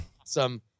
awesome